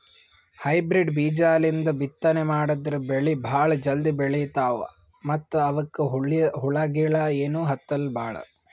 hybrid ಬೀಜಾಲಿಂದ ಬಿತ್ತನೆ ಮಾಡದ್ರ್ ಬೆಳಿ ಭಾಳ್ ಜಲ್ದಿ ಬೆಳೀತಾವ ಮತ್ತ್ ಅವಕ್ಕ್ ಹುಳಗಿಳ ಏನೂ ಹತ್ತಲ್ ಭಾಳ್